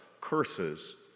curses